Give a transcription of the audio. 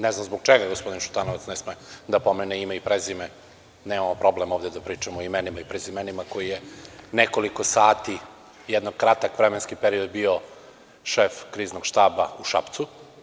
Ne znam zbog čega gospodine Šutanovac ne sme da pomene ime i prezime, nemamo problem ovde da pričamo o imenima i prezimenima, koji je nekoliko sati, jedan kratak vremenski period bio šef kriznog štaba u Šapcu.